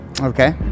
Okay